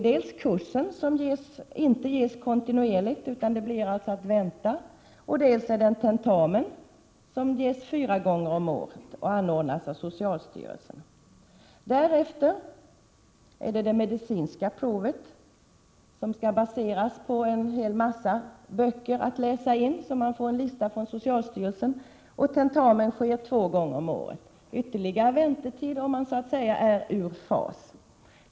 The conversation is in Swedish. Dels så ges den kursen inte kontinuerligt utan det blir till att vänta, dels ges en tentamen som anordnas fyra gånger om året av socialstyrelsen. Därefter är det det medicinska provet, som baseras på en hel massa böcker som skall läsas in och som man får en lista på från socialstyrelsen. Tentamen sker två gånger om året, och detta innebär ytterligare väntetid om man så att säga är ur fas.